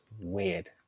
weird